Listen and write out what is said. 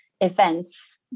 events